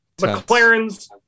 McLaren's